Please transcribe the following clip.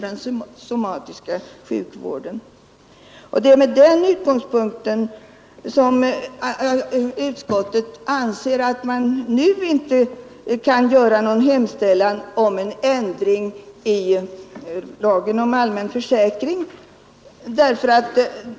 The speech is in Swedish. Det är med den utgångspunkten som utskottet anser att man nu inte kan göra någon hemställan om en ändring i lagen om allmän försäkring.